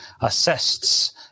assists